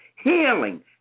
Healing